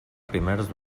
primers